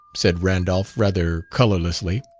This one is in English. said randolph, rather colorlessly.